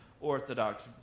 Orthodox